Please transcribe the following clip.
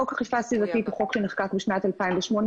חוק האכיפה הסביבתית הוא חוק שנחקק בשנת 2008,